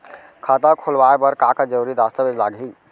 खाता खोलवाय बर का का जरूरी दस्तावेज लागही?